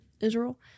Israel